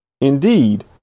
Indeed